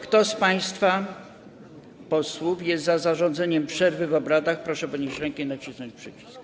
Kto z państwa posłów jest za zarządzeniem przerwy w obradach, proszę podnieść rękę i nacisnąć przycisk.